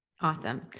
Awesome